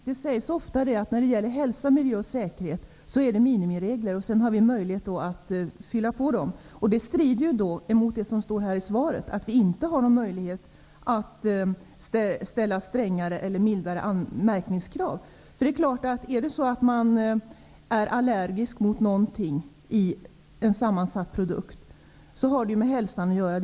Herr talman! Det sägs ofta när det gäller hälsa, miljö och säkerhet att det är minimiregler och att vi sedan har möjlighet att fylla på dem. Men det strider mot det som står i svaret, att vi inte har någon möjlighet att ställa strängare eller mildare märkningskrav. Det förhållandet att man är allergisk mot någonting i en sammansatt produkt har självfallet med hälsan att göra.